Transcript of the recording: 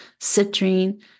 citrine